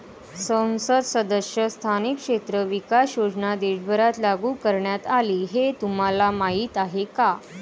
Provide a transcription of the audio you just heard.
संसद सदस्य स्थानिक क्षेत्र विकास योजना देशभरात लागू करण्यात आली हे तुम्हाला माहीत आहे का?